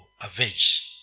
avenge